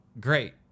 great